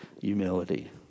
humility